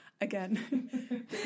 again